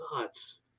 nuts